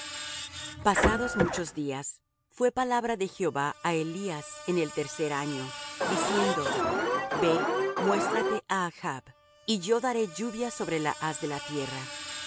pasados muchos días fué palabra de jehová á elías en el tercer año diciendo ve muéstrate á achb y yo daré lluvia sobre la haz de la tierra fué